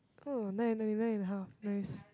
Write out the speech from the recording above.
oh nine nine nine and the half nice